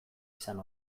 izan